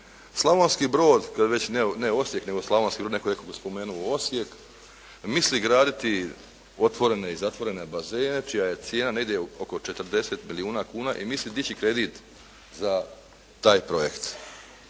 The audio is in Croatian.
Slavonski Brod, ne Osijek nego Slavonski Brod, netko je spomenuo Osijek, misli graditi otvorene i zatvorene bazene čija je cijena negdje oko 40 milijuna kuna i misle dići kredit za taj projekt.